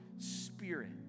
spirit